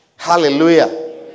Hallelujah